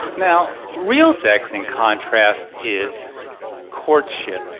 now, real sex, in contrast, is courtship,